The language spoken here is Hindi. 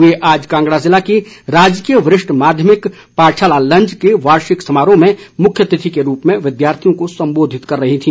वे आज कांगड़ा जिला की राजकीय वरिष्ठ माध्यमिक पाठशाला लंज के वार्षिक समारोह में मुख्यातिथि के रूप में विद्यार्थियों को संबोधित कर रहीं थी